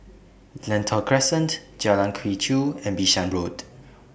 Lentor Crescent Jalan Quee Chew and Bishan Road